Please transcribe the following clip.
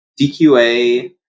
DQA